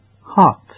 Hot